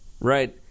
right